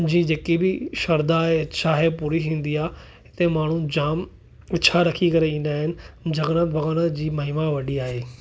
मुंहिंजी जेके बि श्रधा आहे इछा आहे पूरी थींदी आहे हिते माण्हू जामु इछा रखी करे ईंदा आहिनि जगन्नाथ भॻवान जी महीमा वॾी आहे